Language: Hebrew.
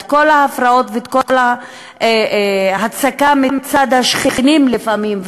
את כל ההפרעות ואת כל ההצקה מצד השכנים לפעמים,